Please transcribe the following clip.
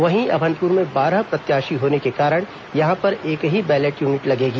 वहीं अभनपुर में बारह प्रत्याशी होने के कारण यहां पर एक ही बैलेट यूनिट लगेगी